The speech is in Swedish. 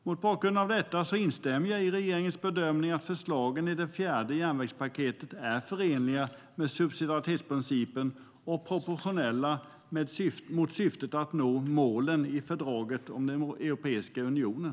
Mot bakgrund av detta instämmer jag i regeringens bedömning att förslagen i det fjärde järnvägspaketet är förenliga med subsidiaritetsprincipen och proportionella mot syftet att nå målen i fördraget om Europeiska unionen.